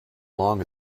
long